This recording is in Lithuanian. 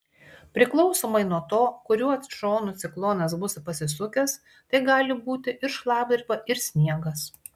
priklausomai nuo to kuriuo šonu ciklonas bus pasisukęs tai gali būti ir šlapdriba ir sniegas